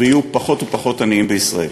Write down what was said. ויהיו פחות ופחות עניים בישראל.